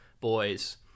boys